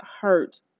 hurt